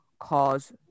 Cause